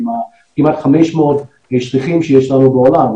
עם כמעט 500 שליחים שיש לנו בעולם,